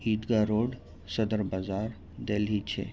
عیدگاہ road Sadar Bazaar Delhi چھ